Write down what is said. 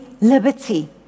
liberty